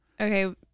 Okay